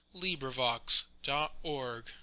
LibriVox.org